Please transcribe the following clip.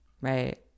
right